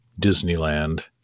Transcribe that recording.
Disneyland